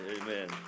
amen